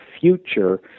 future